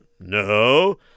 No